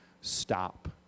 stop